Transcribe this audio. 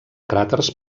cràters